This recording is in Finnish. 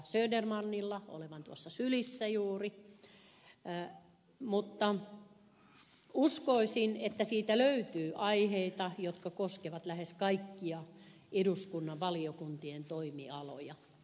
södermanilla olevan sylissä juuri mutta uskoisin että siitä löytyy aiheita jotka koskevat lähes kaikkia eduskunnan valiokuntien toimialoja